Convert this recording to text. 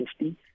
50